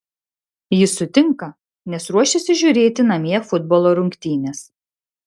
jis sutinka nes ruošiasi žiūrėti namie futbolo rungtynes